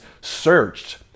searched